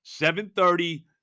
7.30